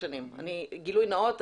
גילוי נאות,